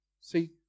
See